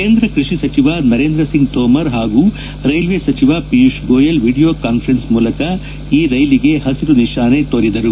ಕೇಂದ್ರ ಕೃಷಿ ಸಚಿವ ನರೇಂದ್ರ ಸಿಂಗ್ ತೋಮರ್ ಹಾಗೂ ರೈಲ್ಲೆ ಸಚಿವ ಪಿಯೂಷ್ ಗೋಯಲ್ ವಿಡಿಯೋ ಕಾನ್ಸರೆನ್ಲೆ ಮೂಲಕ ಈ ರ್ನೆಲಿಗೆ ಪಸಿರು ನಿಶಾನೆ ತೋರಿದರು